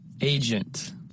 Agent